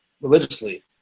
religiously